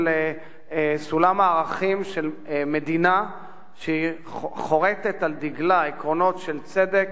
סולם הערכים של מדינה שחורתת על דגלה עקרונות של צדק